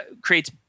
creates